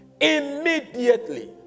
immediately